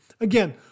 again